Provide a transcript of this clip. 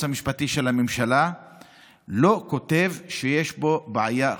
המשפטי של הממשלה לא כותב שיש בו בעיה חוקתית,